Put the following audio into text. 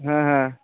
ᱦᱮᱸ ᱦᱮᱸ